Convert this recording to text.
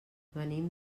venim